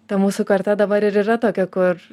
ta mūsų karta dabar ir yra tokia kur